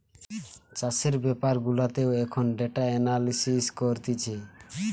চাষের বেপার গুলাতেও এখন ডেটা এনালিসিস করতিছে